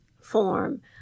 form